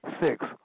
Six